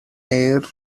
air